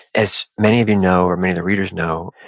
as many of you know, or many of the readers know,